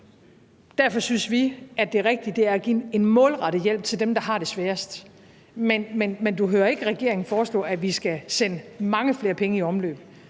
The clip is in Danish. Derfor synes vi, at det rigtige er at give en målrettet hjælp til dem, der har det sværest. Men du hører ikke regeringen foreslå, at vi skal sende mange flere penge i omløb,